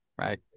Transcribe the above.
right